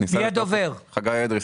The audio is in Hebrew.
חגי אדרי,